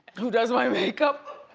who does my makeup,